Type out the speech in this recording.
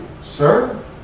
Sir